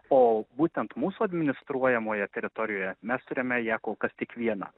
o būtent mūsų administruojamoje teritorijoje mes turime ją kol kas tik vieną